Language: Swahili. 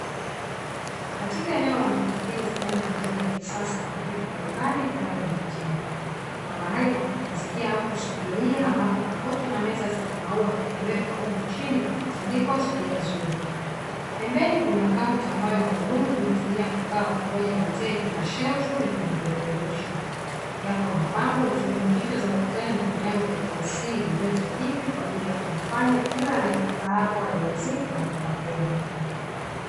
Katika eneo la mapokezi ndani ya hoteli ya kisasa kuna vitu mbalimbali vinavyovutia. Kuna mahali pa kupumzikia au kusubiria, ambapo makochi na meza zenye maua vimewekwa huku chini pakitandikwa zulia zuri. Pembeni kuna kaunta ambayo wahudumu huitumia kukaa wakingoja wateja na shelfu lenye vipeperushi. Yako mapambo ikiwemo picha za ukutani na vinyago vya kiasili, vyote hivi kwa ajili ya kumfanya kila anayefika hapo aliwazike na kupapenda.